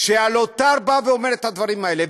כשהלוט"ר אומר את הדברים האלה,